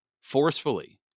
forcefully